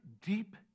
deep